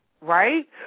Right